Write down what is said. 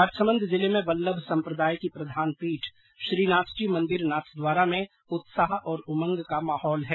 राजसमंद जिले में वल्लभ सम्प्रदाय की प्रधानपीठ श्रीनाथजी मंदिर नाथद्वारा में उत्साह और उमंग का माहौल है